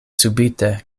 subite